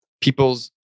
people's